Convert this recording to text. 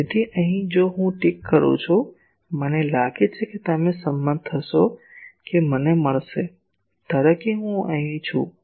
તેથી અહીં જો હું ઠીક કરું છું મને લાગે છે કે તમે સંમત થશો કે મને મળશે ધારો કે હું અહીં છું